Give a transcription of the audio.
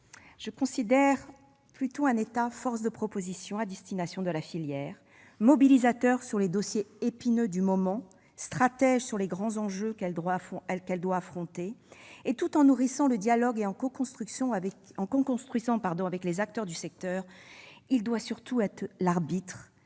doit plutôt être force de propositions à destination de la filière, mobilisateur sur les dossiers épineux du moment, stratège sur les grands enjeux. Tout en cultivant le dialogue et en coconstruisant avec les acteurs du secteur, il doit surtout être l'arbitre